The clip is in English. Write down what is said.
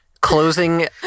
closing